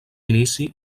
inici